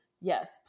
yes